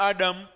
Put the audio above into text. Adam